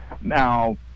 Now